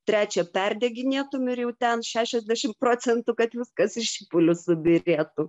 trečią perdeginėtum ir jau ten šešiasdešim procentų kad viskas į šipulius subyrėtų